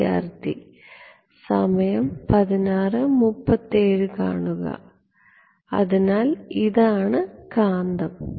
വിദ്യാർത്ഥി അതിനാൽ ഇതാണ് കാന്തം